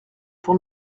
pour